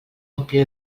omplir